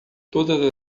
todas